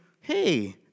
hey